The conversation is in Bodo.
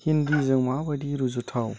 हिन्दीजों माबादि रुजुथाव